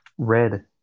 Red